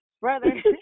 Brother